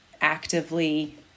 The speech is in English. actively